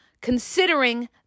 considering